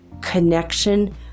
connection